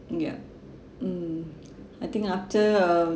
ya mm I think after uh